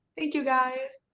thank you guys!